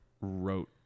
wrote